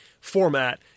format